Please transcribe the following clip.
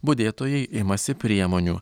budėtojai imasi priemonių